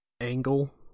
angle